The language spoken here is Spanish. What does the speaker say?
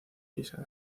pisa